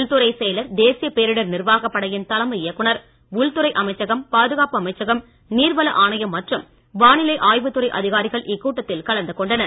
உள்துறைச் செயலர் தேசிய பேரிடர் நிர்வாக படையின் தலைமை இயக்குனர் உள்துறை அமைச்சகம் பாதுகாப்பு அமைச்சகம் நீர்வள ஆணையம் மற்றும் வானிலை ஆய்வு துறை அதிகாரிகள் இக்கூட்டத்தில் கலந்து கொண்டனர்